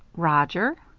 roger?